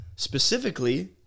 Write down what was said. Specifically